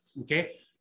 okay